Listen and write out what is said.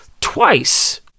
twice-